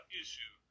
issue